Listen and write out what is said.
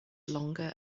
longer